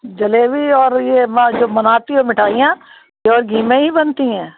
जलेबी और यह बनाती हो मिठाइयाँ तो घी में ही बनती हैं